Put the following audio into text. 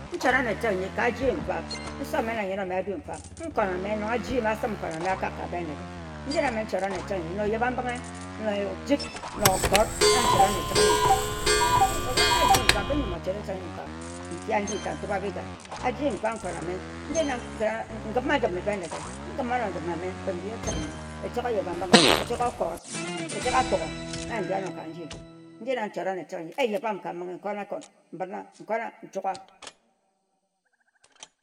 Nchora-no etek nji-fa ka aji-m-nfa. Nse ome na nyen-ome adu mfa. Nkonn ameh nong aji-m, a-sim nkonn a-meh akak ka nsi Bendeghe Nji na me nchorano etek nji na oyeba-mbinghe, na ejik, na okot. Obu aka jim nfa, kan mo-menghe ochot etek nji-fa, nto ba bi-gan nkon ame a-sime nfa, nji na ngima njim Bindeghe ka nfa, etek oyebambinghe, etek okot, etek okpogha na ndi ano ka nji. Nji-na nkon-na-ekon, nchungha, mbin-na.